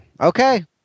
okay